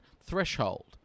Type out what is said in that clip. threshold